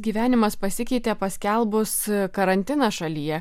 gyvenimas pasikeitė paskelbus karantiną šalyje